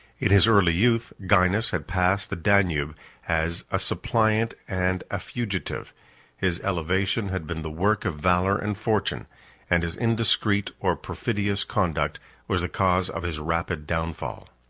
in his early youth, gainas had passed the danube as a suppliant and a fugitive his elevation had been the work of valor and fortune and his indiscreet or perfidious conduct was the cause of his rapid downfall.